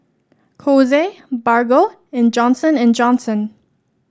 Kose Bargo and Johnson And Johnson